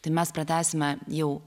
tai mes pratęsime jau